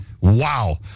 Wow